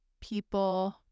people